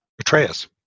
Atreus